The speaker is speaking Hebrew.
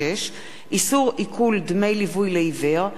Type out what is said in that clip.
36) (איסור עיקול דמי ליווי לעיוור),